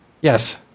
Yes